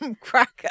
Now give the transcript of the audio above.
cracker